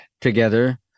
together